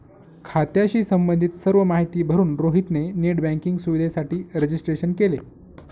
खात्याशी संबंधित सर्व माहिती भरून रोहित ने नेट बँकिंग सुविधेसाठी रजिस्ट्रेशन केले